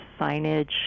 signage